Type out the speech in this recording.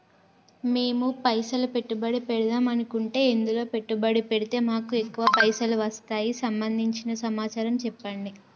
మేము పైసలు పెట్టుబడి పెడదాం అనుకుంటే ఎందులో పెట్టుబడి పెడితే మాకు ఎక్కువ పైసలు వస్తాయి సంబంధించిన సమాచారం చెప్పండి?